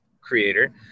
creator